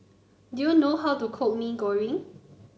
do you know how to cook Mee Goreng